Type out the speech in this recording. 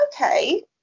okay